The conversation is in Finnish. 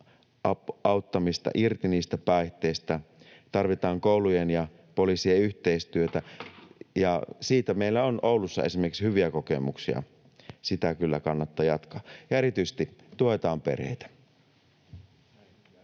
auttamista irti niistä päihteistä. Tarvitaan koulujen ja poliisien yhteistyötä, ja siitä meillä on, Oulussa esimerkiksi, hyviä kokemuksia. Sitä kyllä kannattaa jatkaa, ja erityisesti tuetaan perheitä.